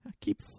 keep